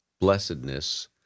blessedness